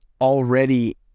already